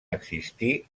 existir